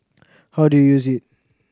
how do you use it